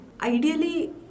Ideally